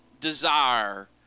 desire